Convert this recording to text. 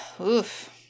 Oof